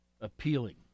appealing